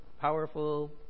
powerful